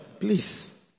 Please